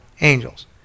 angels